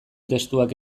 testuak